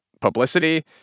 publicity